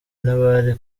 n’abari